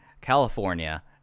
California